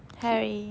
harry